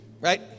right